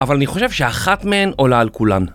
אבל אני חושב שאחת מהן עולה על כולן